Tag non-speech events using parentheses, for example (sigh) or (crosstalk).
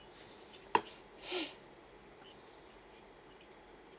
(noise)